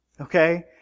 Okay